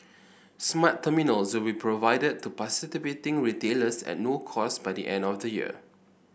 smart terminals will be provided to participating retailers at no cost by the end of the year